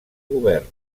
govern